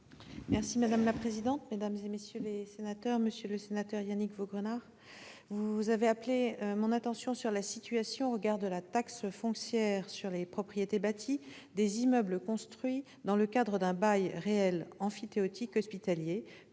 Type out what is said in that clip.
auprès du ministre de l'économie et des finances. Monsieur le sénateur Yannick Vaugrenard, vous avez appelé mon attention sur la situation au regard de la taxe foncière sur les propriétés bâties des immeubles construits dans le cadre d'un bail réel emphytéotique hospitalier